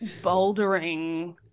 bouldering